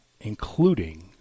including